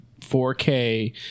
4K